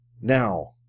Now